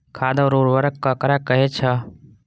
खाद और उर्वरक ककरा कहे छः?